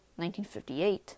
1958